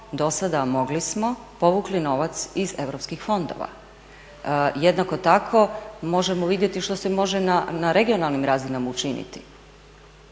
do sada a mogli smo povukli novac iz europskih fondova. Jednako tako možemo vidjeti što se može na regionalnim razinama učiniti.